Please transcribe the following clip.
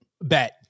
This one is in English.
bet